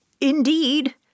Indeed